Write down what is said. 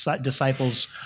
disciples